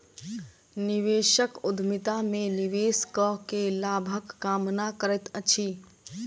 निवेशक उद्यमिता में निवेश कअ के लाभक कामना करैत अछि